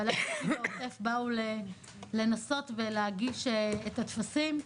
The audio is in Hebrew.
בעלי עסקים בעוטף באו לנסות ולהגיש את הטפסים.